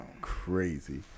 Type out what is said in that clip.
crazy